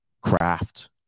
craft